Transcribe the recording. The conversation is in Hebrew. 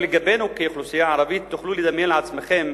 לגבינו כאוכלוסייה ערבית, תוכלו לדמיין לעצמכם,